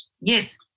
Yes